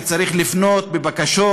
וצריך לפנות בבקשות,